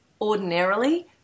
ordinarily